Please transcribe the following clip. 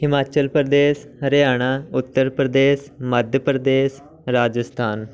Himachal Pradesh Haryana Uttar Pradesh Madhya Pradesh Rajasthan